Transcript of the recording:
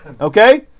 Okay